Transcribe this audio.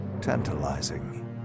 tantalizing